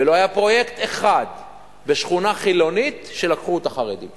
ולא היה פרויקט אחד בשכונה חילונית שלקחו אותו חרדים,